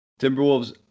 Timberwolves